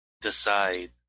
decide